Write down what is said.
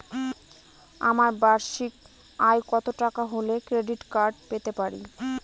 আমার বার্ষিক আয় কত টাকা হলে ক্রেডিট কার্ড পেতে পারি?